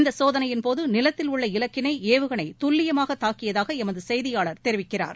இந்த சோதனையின் போது நிலத்தில் உள்ள இலக்கினை ஏவுகணை துல்லியமாக தாக்கியதாக எமது செய்தியாளர் தெரிவிக்கிறார்